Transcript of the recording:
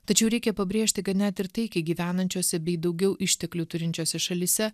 tačiau reikia pabrėžti kad net ir taikiai gyvenančiose bei daugiau išteklių turinčiose šalyse